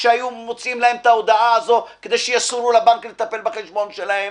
למה לא מוציאים להם את ההודעה הזאת כדי שיסורו לבנק לטפל בחשבון שלהם?